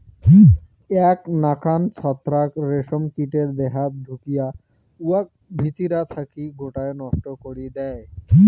এ্যাক নাকান ছত্রাক রেশম কীটের দেহাত ঢুকিয়া উয়াক ভিতিরা থাকি গোটায় নষ্ট করি দ্যায়